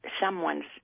someone's